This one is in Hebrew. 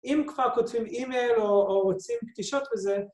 ‫אם כבר כותבים אימייל, ‫או-או רוצים פגישות וזה...